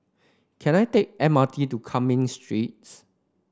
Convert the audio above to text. can I take M R T to Cumming Streets